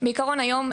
בעיקרון היום,